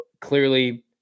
clearly